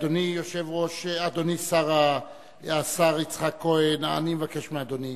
אדוני סגן השר יצחק כהן, אני מבקש מאדוני